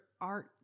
art